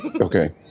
Okay